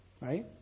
Right